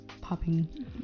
popping